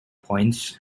points